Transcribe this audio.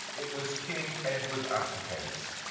it was king edward abdicates.